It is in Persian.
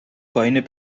پایین